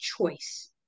choice